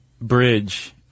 bridge